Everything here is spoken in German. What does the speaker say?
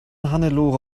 hannelore